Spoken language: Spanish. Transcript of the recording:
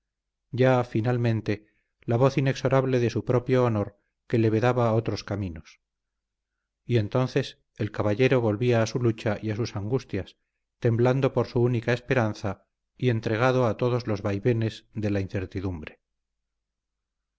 ya finalmente la voz inexorable de su propio honor que le vedaba otros caminos y entonces el caballero volvía a su lucha y a sus angustias temblando por su única esperanza y entregado a todos los vaivenes de la incertidumbre